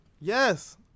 Yes